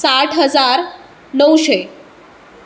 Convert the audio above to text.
साठ हजार णवशें